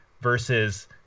versus